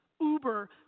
Uber